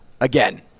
Again